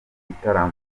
gitaramo